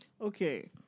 Okay